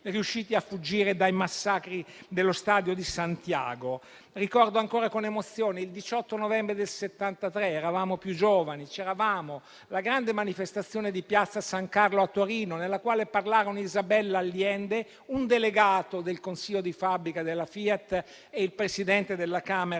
riusciti a fuggire dai massacri dello stadio di Santiago. Ricordo ancora con emozione il 18 novembre del 1973: eravamo più giovani, c'eravamo alla grande manifestazione di Piazza San Carlo a Torino, nella quale parlarono Isabel Allende, un delegato del consiglio di fabbrica della Fiat e il presidente della Camera